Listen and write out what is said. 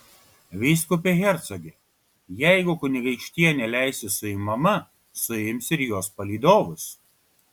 vyskupe hercoge jeigu kunigaikštienė leisis suimama suims ir jos palydovus